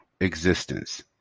existence